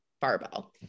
barbell